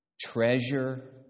Treasure